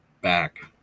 back